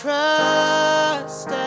trust